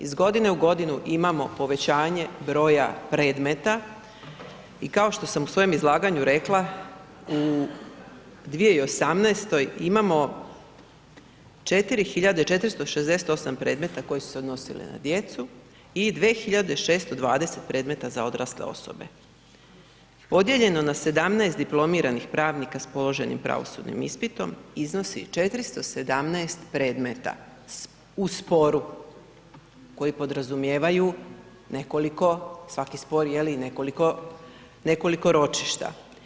Iz godine u godinu imamo povećanje broja predmeta i kao što sam u svojem izlaganju rekla u 2018. imamo 4.468 predmeta koji su se odnosili na djecu i 2.620 predmeta za odrasle osobe, podijeljeno na 17 diplomiranih pravnika s položenim pravosudnim ispitom iznosi 417 predmeta u sporu, koji podrazumijevaju nekoliko, svaki spor nekoliko ročišta.